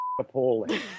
appalling